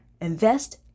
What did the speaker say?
invest